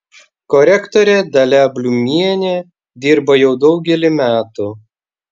korektorė dalia bliumienė dirba jau daugelį metų